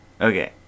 Okay